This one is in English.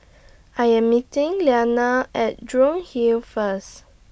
I Am meeting Lyanna At Jurong Hill First